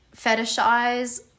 fetishize